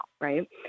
right